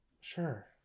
Sure